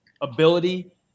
ability